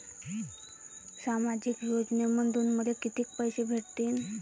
सामाजिक योजनेमंधून मले कितीक पैसे भेटतीनं?